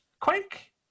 Quake